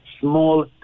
small